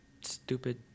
stupid